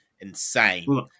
insane